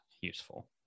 useful